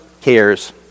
cares